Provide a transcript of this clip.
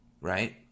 right